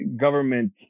government